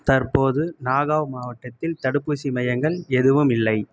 தற்போது நாகாவ் மாவட்டத்தில் தடுப்பூசி மையங்கள் எதுவும் இல்லை